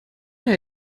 herr